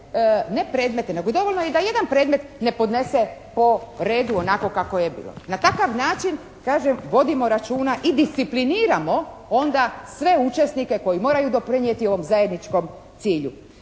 ne predmete nego dovoljno je da jedan predmet ne podnese po redu onako kako je bilo. Na takav način kažem vodimo računa i discipliniramo onda sve učesnike koji moraju doprinijeti ovom zajedničkom cilju.